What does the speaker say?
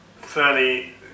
fairly